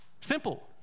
Simple